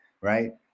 right